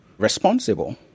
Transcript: responsible